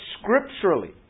scripturally